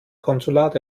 konsulat